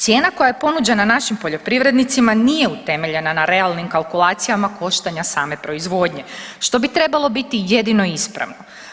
Cijena koje je ponuđena našim poljoprivrednicima nije utemeljena na realnim kalkulacijama koštanja same proizvodnje, što bi trebalo biti jedino ispravno.